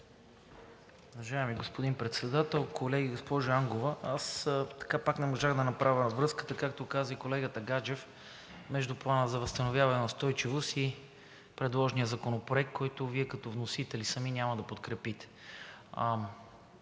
Уважаеми господин Председател, колеги! Госпожо Ангова, аз пак не можах да направя връзката, както каза и колегата Гаджев, между Плана за възстановяване и устойчивост и предложения законопроект, който Вие като вносители сами няма да подкрепите.